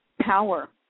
power